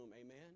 Amen